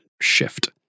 shift